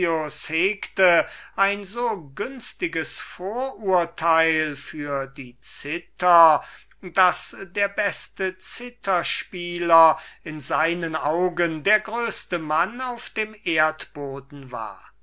ein so günstiges vorurteil für die cithar daß der beste cithar spieler in seinen augen der größeste mann auf dem erdboden war